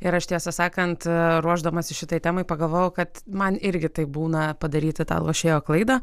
ir aš tiesą sakant ruošdamasi šitai temai pagalvojau kad man irgi taip būna padaryti tą lošėjo klaidą